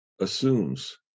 assumes